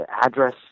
address